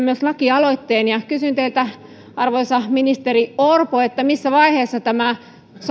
myös lakialoitteen ja kysyn teiltä arvoisa ministeri orpo missä vaiheessa tämä